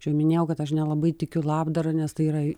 aš jau minėjau kad aš nelabai tikiu labdara nes tai yra į